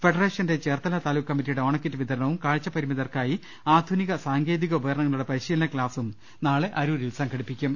ഫെഡറേഷന്റെ ചേർത്തല താലൂക്ക് കമ്മിറ്റിയുടെ ഓണക്കിറ്റ് വിതരണവും കാഴ്ച പരിമിതർക്കായി ആധുനിക സാങ്കേതിക ഉപകരണങ്ങളുടെ പരിശീലന ക്ലാസ്സും നാളെ അരൂരിൽ സംഘ ടിപ്പിക്കും